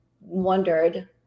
wondered